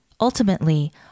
Ultimately